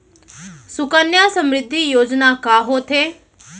सुकन्या समृद्धि योजना का होथे